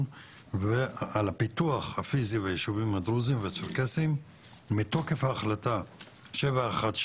על הפיתוח הפיזי ביישובים הדרוזים והצ'רקסים מתוקף החלטה 716,